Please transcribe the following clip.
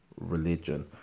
religion